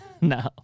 no